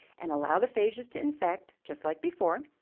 and allow the phages to infect, just like before,